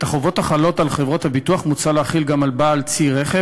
את החובות החלות על חברות הביטוח מוצע להחיל גם על בעל צי רכב